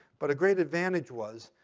but a great advantage was,